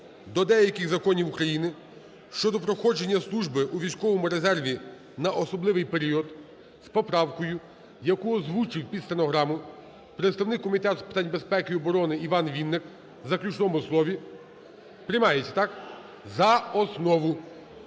до деяких Законів України щодо проходження служби у військовому резерві на особливий період з поправкою, яку озвучив під стенограму представник Комітету з питань безпеки і оборони Іван Вінник в заключному слові. Приймається, так? За основу.